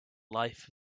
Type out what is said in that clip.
life